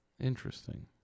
Interesting